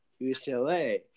UCLA